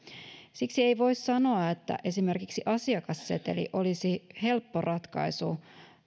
siksi ei voi sanoa että esimerkiksi asiakasseteli olisi helppo ratkaisu